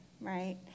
right